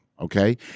okay